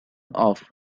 off